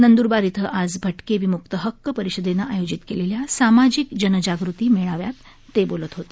नंद्रबार इथं आज भटके विम्क्त हक्क परिषदेनं आयोजीत केलेल्या सामाजिक जनजागृती मेळाव्यात ते बोलत होते